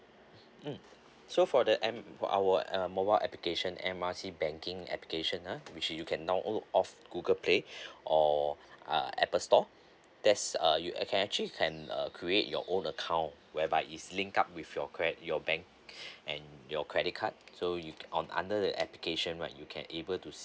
mm so for that um for our um mobile application M R C banking application uh which you can download off google play or uh apple store there's uh you actually actually uh create your own account whereby is linked up with your cre~ your bank and your credit card so you can on under the application right you can able to see